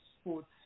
sports